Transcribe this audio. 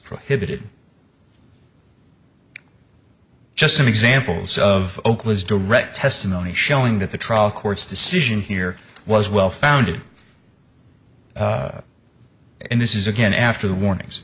prohibited just some examples of oak was direct testimony showing that the trial court's decision here was well founded and this is again after the warnings